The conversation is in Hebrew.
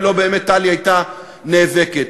אם טלי לא הייתה באמת נאבקת,